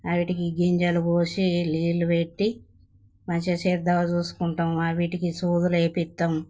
అవి వాటికి గింజలు పోసి నీళ్లు పెట్టి మంచిగా శ్రద్ధగా చూసుకుంటాం అవి వాటికి సూదులు వేసి వేపిస్తాము